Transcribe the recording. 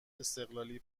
استقلالی